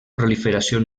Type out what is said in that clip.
proliferació